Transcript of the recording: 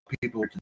people